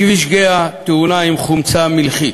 בכביש גהה, תאונה עם חומצה מלחית,